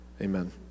Amen